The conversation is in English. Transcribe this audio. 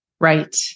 Right